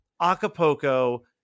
Acapulco